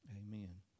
Amen